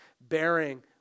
bearing